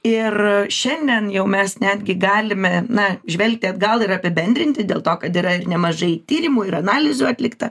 ir šiandien jau mes netgi galime na žvelgti atgal ir apibendrinti dėl to kad yra nemažai tyrimų ir analizių atlikta